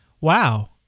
Wow